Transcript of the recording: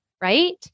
Right